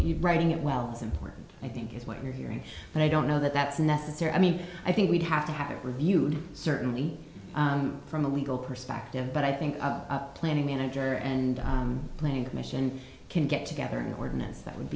he's writing it well it's important i think is what you're hearing and i don't know that that's necessary i mean i think we'd have to have it reviewed certainly from a legal perspective but i think planning manager and planning commission can get to get very ordinance that would